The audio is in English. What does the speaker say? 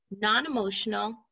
non-emotional